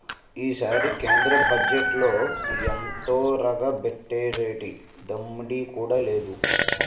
ఈసారి కేంద్ర బజ్జెట్లో ఎంతొరగబెట్టేరేటి దమ్మిడీ కూడా లేదు